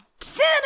Sin